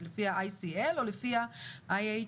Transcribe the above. לפי ה-ICL או לפי ה-IHME.